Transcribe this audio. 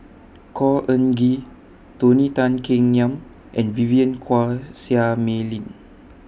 Khor Ean Ghee Tony Tan Keng Yam and Vivien Quahe Seah Mei Lin